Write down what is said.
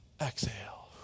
Exhale